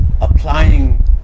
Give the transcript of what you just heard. applying